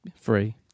Free